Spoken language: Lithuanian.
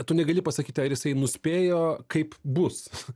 tu negali pasakyti ar jisai nuspėjo kaip bus